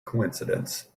coincidence